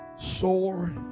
sore